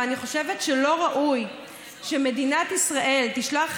אבל אני חושבת שלא ראוי שמדינת ישראל תשלח